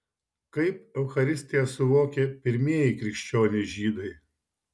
kaip eucharistiją suvokė pirmieji krikščionys žydai